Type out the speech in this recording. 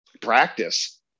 Practice